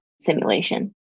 simulation